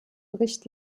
bericht